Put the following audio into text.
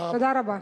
תודה רבה.